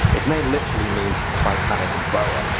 its name literally means titanoboa.